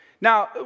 Now